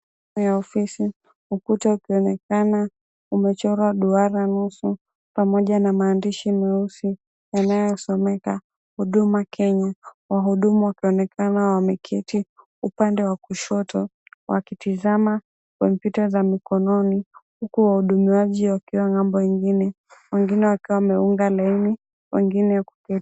Eneo la ofisi. Ukuta ukionekana umechorwa duara nusu pamoja na maandishi meusi yanayosomeka huduma Kenya. Wahudumu wakionekana wameketi upande wa kushoto wakitazama kompyuta za mkononi huku wahudumiaji wakiwa ng'ambo nyingine wengine wakiwa wameunga laini, wengi kuketi.